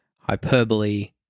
hyperbole